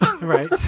right